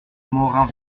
morin